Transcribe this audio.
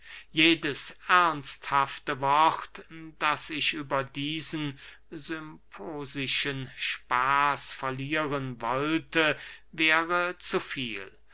jedes ernsthafte wort das ich über diesen symposischen spaß verlieren wollte wäre zu viel